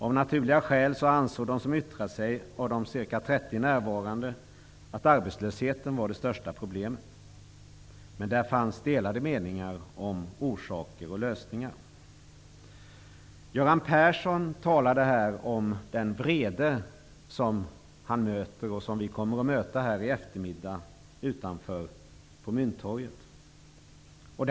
Av naturliga skäl ansåg de som yttrade sig, av de ca 30 närvarande, att arbetslösheten var det största problemet. Men där fanns delade meningar om orsaker och lösningar. Göran Persson talade här om den vrede som han möter och som vi kommer att möta här utanför på Mynttorget i eftermiddag.